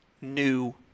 new